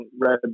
red